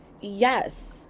yes